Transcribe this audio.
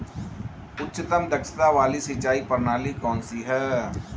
उच्चतम दक्षता वाली सिंचाई प्रणाली कौन सी है?